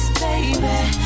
baby